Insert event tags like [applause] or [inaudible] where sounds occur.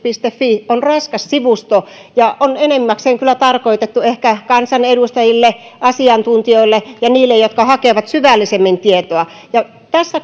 fi on raskas sivusto ja on kyllä tarkoitettu enimmäkseen ehkä kansanedustajille asiantuntijoille ja niille jotka hakevat syvällisemmin tietoa tässä [unintelligible]